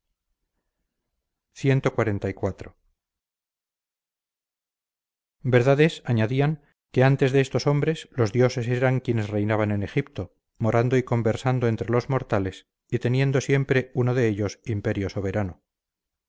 dios cxliv verdad es añadían que antes de estos hombres los dioses eran quienes reinaban en egipto morando y conversando entre los mortales y teniendo siempre uno de ellos imperio soberano